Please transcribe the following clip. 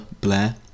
Blair